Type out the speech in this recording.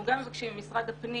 אנחנו גם מבקשים ממשרד הפנים